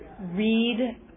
read